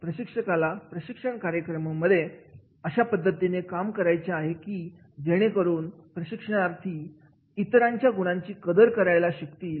प्रशिक्षकाला प्रशिक्षण कार्यक्रमामध्ये अशा पद्धतीने काम करायचे आहे की जेणेकरून प्रशिक्षणार्थी इतरांच्या गुणांची कदर करायला शिकतील